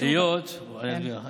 רגע,